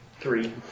Three